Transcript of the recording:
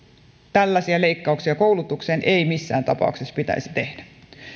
tällaisia leikkauksia koulutukseen ei missään tapauksessa pitäisi tehdä